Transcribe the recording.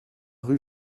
rue